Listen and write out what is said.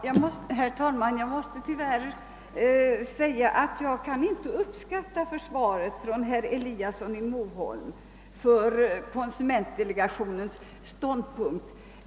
Herr talman! Jag måste tyvärr säga att jag inte kan uppskatta herr Eliassons i Moholm försvar för konsumentdelegationens ståndpunkt.